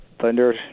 thunder